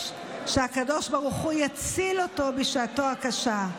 שהקדוש ברוך הוא יציל אותו בשעתו הקשה.